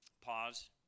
pause